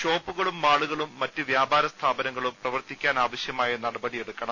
ഷോപ്പുകളും മാളുകളും മറ്റ് വ്യാപാര സ്ഥാപനങ്ങളും പ്രവർത്തിക്കാനാവശ്യമായ നടപടി എടുക്കണം